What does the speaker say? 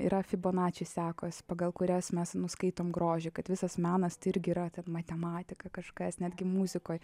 yra fibonačio sekos pagal kurias mes nuskaitom grožį kad visas menas tai irgi yra ten matematika kažkas netgi muzikoj